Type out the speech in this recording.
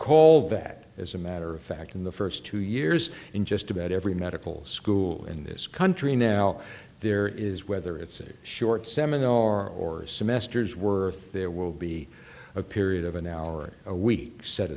call that as a matter of fact in the first two years in just about every medical school in this country now there is whether it's a short seminar or semester's worth there will be a period of an hour a week set